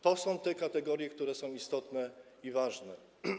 To są kategorie, które są istotne, ważne.